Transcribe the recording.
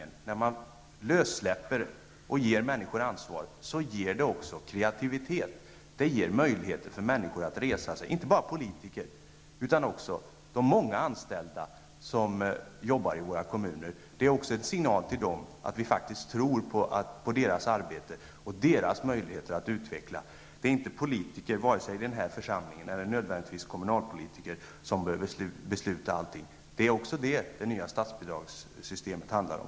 När man ger människor ansvar ger det utrymme för kreativitet, det ger möjligheter för människor att resa sig. Detta gäller inte bara politiker utan också de många anställda som arbetar i våra kommuner. Det är också en signal till dem att vi faktiskt tror på deras arbete och deras möjligheter att utvecklas. Det behöver inte alltid vara politiker, varken i denna församling eller nödvändigtvis kommunalpolitiker, som beslutar allting. Det är också detta som det nya statsbidragssystemet handlar om.